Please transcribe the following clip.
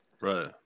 right